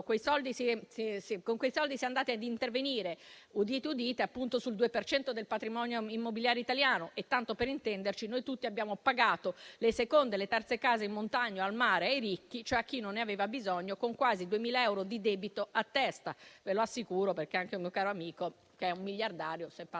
Con quei soldi si è andati ad intervenire - udite udite - sul 2 per cento del patrimonio immobiliare italiano e, tanto per intenderci, noi tutti abbiamo pagato le seconde e le terze case in montagna o al mare ai ricchi, cioè a chi non ne aveva bisogno, con quasi 2.000 euro di debito a testa. Ve lo assicuro, perché anche un mio caro amico, che è miliardario, si è fatto